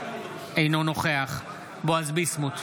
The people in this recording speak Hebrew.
אינו נוכח בועז ביסמוט,